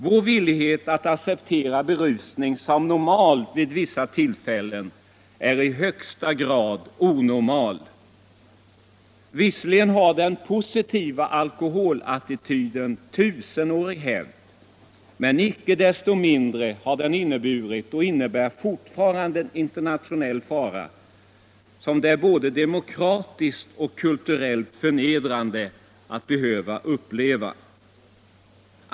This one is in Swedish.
Vår villighet att acceptera berusning som normal vid vissa tillfällen är i högsta grad onormal. Visserligen har den positiva alkoholattityden tusenårig hävd, men icke desto mindre har den inneburit och innebär fortfarande en nationell fara, som det är både demokratiskt och kulturellt förnedrande att behöva uppleva.